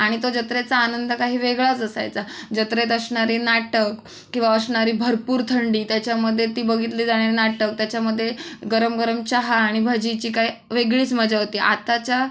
आणि तो जत्रेचा आनंद काही वेगळाच असायचा जत्रेत असणारी नाटक किंवा असणारी भरपूर थंडी त्याच्यामध्ये ती बघितली जाणारी नाटक त्याच्यामध्ये गरम गरम चहा आणि भजीची काय वेगळीच मजा होती आताच्या